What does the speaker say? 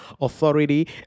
Authority